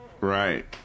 right